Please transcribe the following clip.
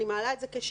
אני מעלה את זה כשאלה,